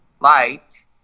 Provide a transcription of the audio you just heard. light